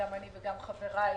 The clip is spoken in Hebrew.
גם אני וגם חבריי,